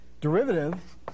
derivative